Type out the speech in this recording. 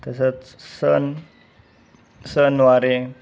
तसंच सण सणवारे